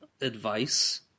advice